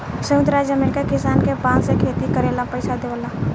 संयुक्त राज्य अमेरिका किसान के बांस के खेती करे ला पइसा देला